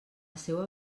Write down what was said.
seua